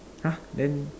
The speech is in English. !huh! then